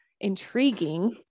intriguing